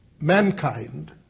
Mankind